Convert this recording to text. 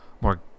more